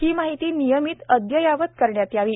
ही माहिती नियमित अद्ययावत करण्यात यावी